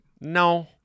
No